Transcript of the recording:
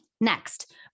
Next